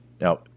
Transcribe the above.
Now